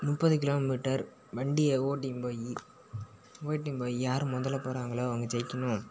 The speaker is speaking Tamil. முப்பது கிலோமீட்டர் வண்டியை ஓட்டின்னு போய் ஓட்டின்னு போய் யார் முதலில் போகிறாங்களோ அவங்க ஜெயிக்கணும்